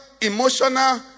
emotional